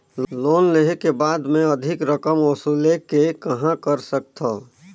Loan लेहे के बाद मे अधिक रकम वसूले के कहां कर सकथव?